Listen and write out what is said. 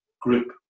group